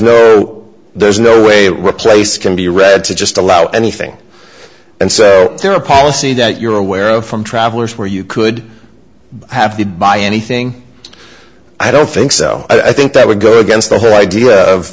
no there's no way replace can be read to just allow anything and there are policy that you're aware of travelers where you could have to buy anything i don't think so i think that would go against the whole idea of